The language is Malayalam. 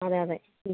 അതെ അതെ